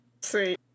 Sweet